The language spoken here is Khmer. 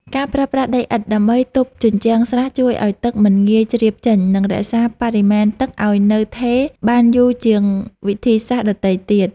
ការប្រើប្រាស់ដីឥដ្ឋដើម្បីទប់ជញ្ជាំងស្រះជួយឱ្យទឹកមិនងាយជ្រាបចេញ និងរក្សាបរិមាណទឹកឱ្យនៅថេរបានយូរជាងវិធីសាស្ត្រដទៃទៀត។